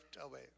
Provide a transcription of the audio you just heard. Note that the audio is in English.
away